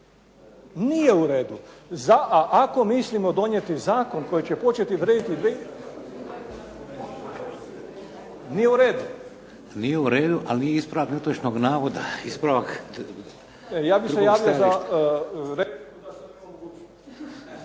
Nije u redu. Za, a ako mislimo donijeti zakon koji će početi vrijediti. Nije u redu. **Šeks, Vladimir (HDZ)** Nije u redu, ali nije ispravak netočnog navoda, ispravak drugog stajališta.